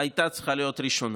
שהייתה צריכה להיות ראשונה.